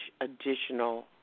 additional